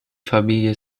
familie